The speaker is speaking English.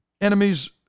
enemies